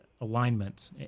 alignment